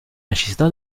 necessità